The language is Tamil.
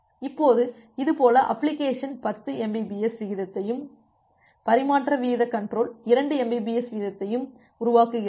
இப்போது இதுபோல அப்ளிகேஷன் 10 mbps விகிதத்தையும் பரிமாற்ற வீதக் கன்ட்ரோல் 2 mbps வீதத்தையும் உருவாக்குகிறது